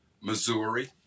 Missouri